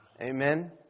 Amen